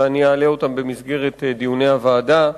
ואני אעלה אותן במסגרת דיוני הוועדה,